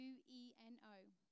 U-E-N-O